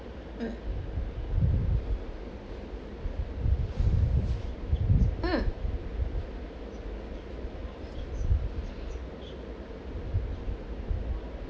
mm mm